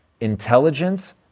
intelligence